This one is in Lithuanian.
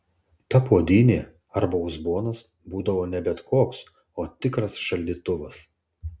ta puodynė arba uzbonas būdavo ne bet koks o tikras šaldytuvas